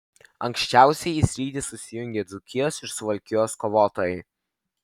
anksčiausiai į sritį susijungė dzūkijos ir suvalkijos kovotojai